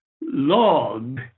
log